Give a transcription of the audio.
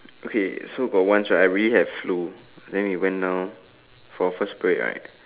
okay so got once right I really had flu then it went down for a first parade right